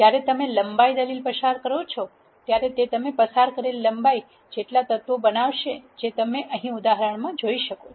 જ્યારે તમે લંબાઇ દલિલ પસાર કરો છો ત્યારે તે તમે પસાર કરેલ લંબાઇ જેટલા તત્વો બનાવશે જે તમે અહી ઉદાહરણમાં જોઇ શકો છો